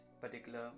particular